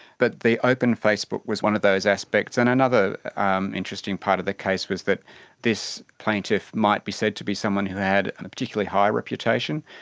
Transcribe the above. but the open facebook was one of those aspects, and another um interesting part of the case was that this plaintiff might be said to be someone who had a particularly high reputation,